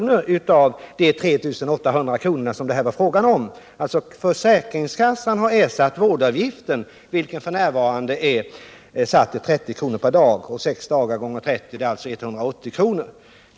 betalats de 3 600 kr. som det här är fråga om. Försäkringskassan hade alltså då ersatt vårdavgiften, vilken f.n. är satt till 30 kr. per dag. Sex dagar x 30 kr. = 180 kr.